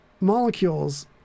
molecules